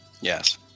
Yes